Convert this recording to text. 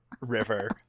river